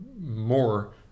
more